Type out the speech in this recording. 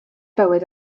bywyd